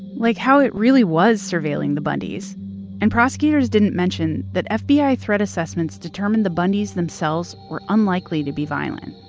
like how it really was surveilling the bundys and prosecutors didn't mention that fbi threat assessments determined the bundys themselves were unlikely to be violent.